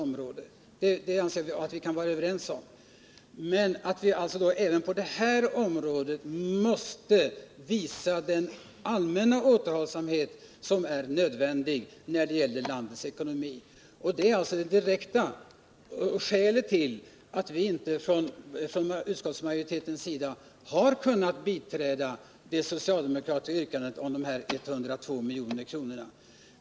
Men även på detta område måste vi visa den återhållsamhet som är nödvändig med tanke på landets ekonomi. Det är det direkta skälet till att vi från utskottsmajoriteten inte har kunnat biträda det socialdemokratiska yrkandet om dessa 102 miljoner.